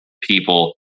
people